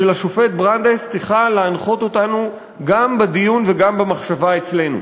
של השופט ברנדייס צריכה להנחות אותנו גם בדיון וגם במחשבה אצלנו.